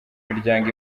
miryango